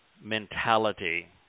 mentality